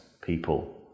people